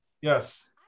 Yes